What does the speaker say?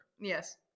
Yes